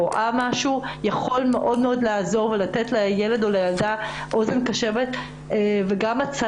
יכול מאוד לעזור ולתת לילד או לילדה אוזן קשבת והצלה.